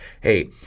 hey